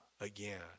again